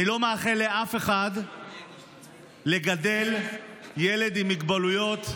אני לא מאחל לאף אחד לגדל ילד עם מוגבלויות,